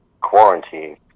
quarantine